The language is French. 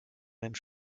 même